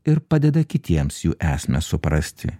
ir padeda kitiems jų esmę suprasti